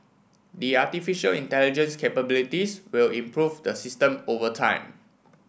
the artificial intelligence capabilities will improve the system over time